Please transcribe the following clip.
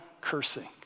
cursing